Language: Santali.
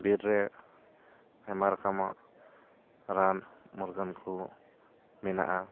ᱵᱤᱨ ᱨᱮ ᱟᱭᱢᱟ ᱨᱚᱠᱚᱢᱟᱜ ᱨᱟᱱ ᱢᱩᱨᱜᱟᱹᱱ ᱠᱚ ᱢᱮᱱᱟᱜᱼᱟ